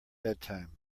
bedtime